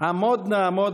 עמוד נעמוד